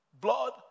blood